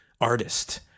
artist